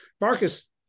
Marcus